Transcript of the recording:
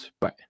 bye